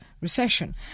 recession